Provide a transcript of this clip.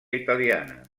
italiana